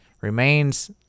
Remains